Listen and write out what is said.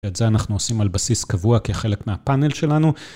את זה אנחנו עושים על בסיס קבוע כחלק מהפאנל שלנו.